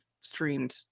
streamed